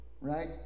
right